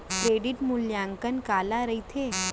Credit मूल्यांकन काला कहिथे?